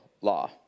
law